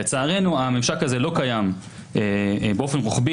לצערנו הממשק הזה לא קיים באופן רוחבי